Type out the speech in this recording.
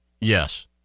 Yes